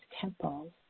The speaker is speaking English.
temples